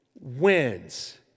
wins